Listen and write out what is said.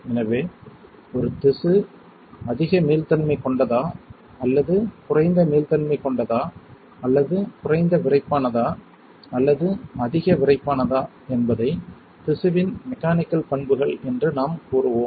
எனவே ஒரு திசு அதிக மீள்தன்மை கொண்டதா அல்லது குறைந்த மீள்தன்மை கொண்டதா அல்லது குறைந்த விறைப்பானதா அல்லது அதிக விறைப்பானதா என்பதை திசுவின் மெக்கானிக்கல் பண்புகள் என்று நாம் கூறுவோம்